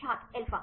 छात्र अल्फा